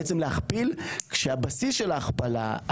בעצם להכפיל כשהבסיס של ההכפלה,